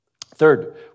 Third